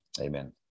amen